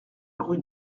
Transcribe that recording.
rue